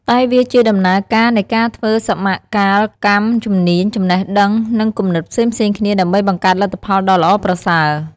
តែវាជាដំណើរការនៃការធ្វើសមកាលកម្មជំនាញ ចំណេះដឹង និងគំនិតផ្សេងៗគ្នា ដើម្បីបង្កើតលទ្ធផលដ៏ល្អប្រសើរ។